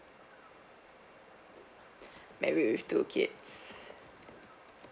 married with two kids